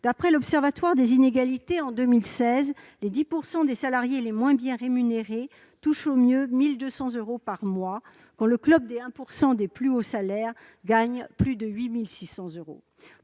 D'après l'Observatoire des inégalités, en 2016, les 10 % des salariés les moins bien rémunérés touchent au mieux 1 200 euros par mois, quand le club du 1 % des salaires les plus élevés gagne plus de 8 600 euros